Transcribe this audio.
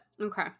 Okay